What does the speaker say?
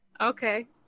Okay